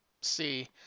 see